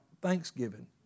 Thanksgiving